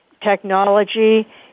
technology